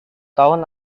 tahun